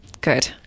Good